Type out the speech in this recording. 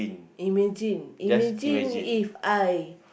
imagine imagine If I